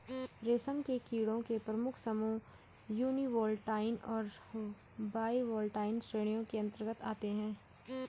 रेशम के कीड़ों के प्रमुख समूह यूनिवोल्टाइन और बाइवोल्टाइन श्रेणियों के अंतर्गत आते हैं